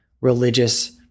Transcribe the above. religious